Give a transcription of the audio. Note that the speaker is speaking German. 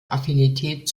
affinität